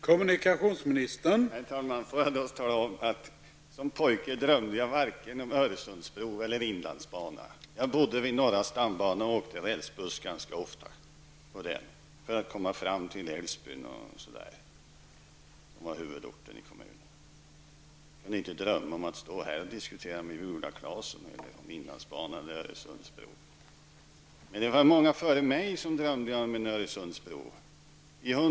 Herr talman! Som pojke drömde jag varken om Öresundsbron eller inlandsbanan. Jag bodde vid norra stambanan och åkte rälsbuss ganska ofta, t.ex. för att komma fram till Älvsbyn som är huvudorten i kommunen. Jag kunde inte drömma om att stå här och diskutera med Viola Claesson om inlandsbanan eller Öresundsbron. Men det var många före mig som drömde om en Öresundsbro.